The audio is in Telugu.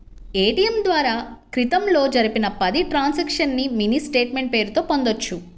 ఏటియం ద్వారా క్రితంలో జరిపిన పది ట్రాన్సక్షన్స్ ని మినీ స్టేట్ మెంట్ పేరుతో పొందొచ్చు